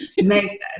make